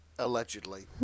Allegedly